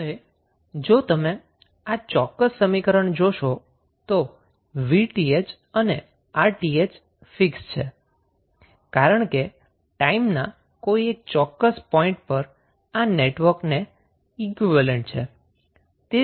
હવે જો તમે આ ચોક્કસ સમીકરણ જોશો તો 𝑉𝑇ℎ અને 𝑅𝑇ℎ ફિક્સ છે કારણ કે ટાઈમના કોઈ એક ચોક્કસ પોઈંટ પર આ નેટવર્કને ઈક્વીવેલેન્ટ છે